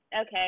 okay